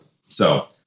So-